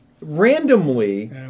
randomly